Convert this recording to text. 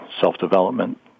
self-development